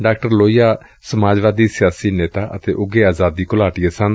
ਡਾ ਲੋਹੀਆ ਸਮਾਜਵਾਦੀ ਸਿਆਸੀ ਨੇਤਾ ਅਤੇ ਉਘੇ ਆਜ਼ਾਦੀ ਘੁਲਾਟੀਏ ਸਨ